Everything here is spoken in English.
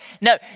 No